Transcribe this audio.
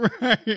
Right